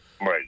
Right